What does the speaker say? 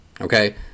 okay